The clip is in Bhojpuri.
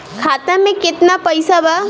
खाता में केतना पइसा बा?